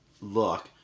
look